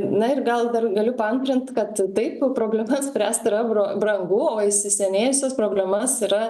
na ir gal dar galiu paantrint kad taip problemas spręst yra bran brangu o įsisenėjusias problemas yra